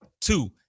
Two